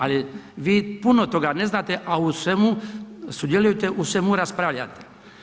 Ali vi puno toga ne znate, a u svemu sudjelujete, u svemu raspravljate.